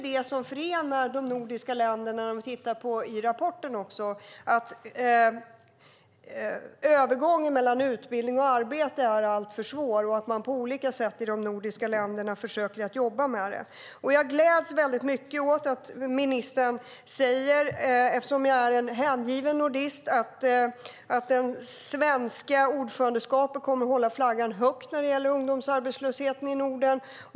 Det som förenar de nordiska länderna i rapporten är att övergången mellan utbildning och arbete är alltför svår och att man på olika sätt försöker jobba med den frågan i de nordiska länderna. Eftersom jag är en hängiven nordist gläds jag åt att ministern säger att det svenska ordförandeskapet kommer att hålla flaggan högt när det gäller ungdomsarbetslösheten i Norden.